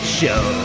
show